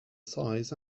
size